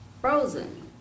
frozen